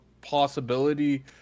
possibility